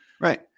right